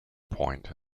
point